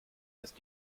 ist